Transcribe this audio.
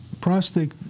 prostate